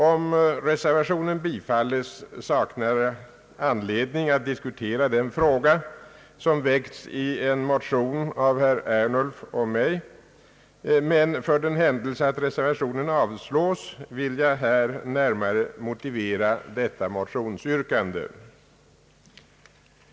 Om reservationen bifalles, saknas anledning att diskutera den fråga som väckts i en motion av herr Ernulf och mig, men för den händelse att reservationen avslås vill jag här närmare motivera vårt motionsyrkande.